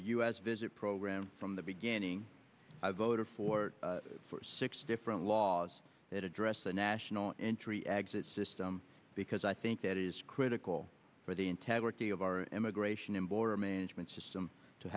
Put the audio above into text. the u s visit program from the beginning i voted for four six different laws that address the national entry exit system because i think it is critical for the integrity of our immigration and border management system to